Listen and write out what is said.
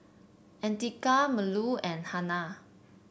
Andika Melur and Hana